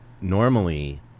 normally